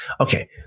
Okay